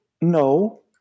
no